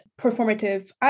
performative